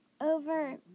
over